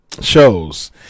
shows